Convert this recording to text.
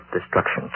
destruction